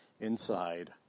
inside